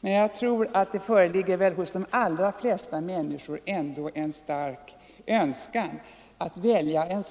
Men jag tror att det ändå hos de flesta människor föreligger en stark önskan att välja en